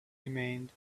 remained